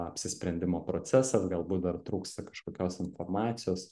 apsisprendimo procesas galbūt dar trūksta kažkokios informacijos